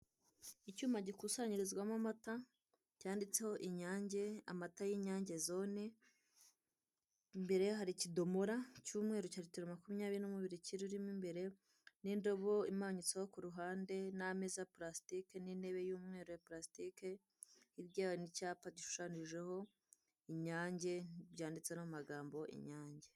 Icyuma gikusanyirizwamo amata cyanditseho inyange, amata y'inyange zone imbere hari ikidomora cy'umweru cya litiro makumyabiri n'umubirikira urimo imbere n'indobo imanyutseho ku ruhande n'ameza ya a pulasitike n'intebe y'umweru ya palasitike, hirya yaho ni icyapa gishushanyijeho inyange byanditse no mu magambo inyange.